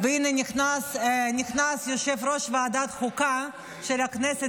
והינה נכנס יושב-ראש ועדת החוקה של הכנסת,